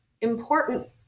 important